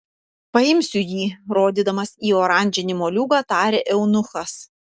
paimsiu jį rodydamas į oranžinį moliūgą tarė eunuchas